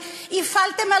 על